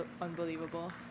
unbelievable